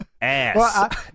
Ass